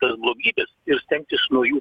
tas blogybes ir stengtis nuo jų